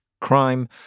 crime